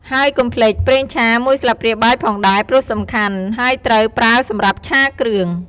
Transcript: ហើយកុំភ្លេច! ប្រេងឆា ១ ស្លាបព្រាបាយផងដែរ ព្រោះសំខាន់ ហើយត្រូវប្រើសម្រាប់ឆាគ្រឿង។